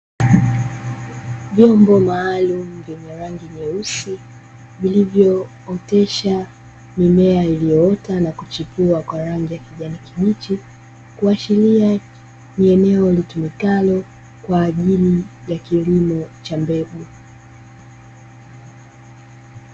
Vyombo maalumu vyenye rangi nyeusi vilivyootesha mimea iliyoota na kuchipua kwa rangi ya kijani kibichi, kuashiria ni eneo litumikalo kwa ajili ya kilimo cha mbegu.